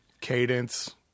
cadence